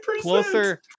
Closer